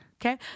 okay